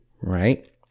right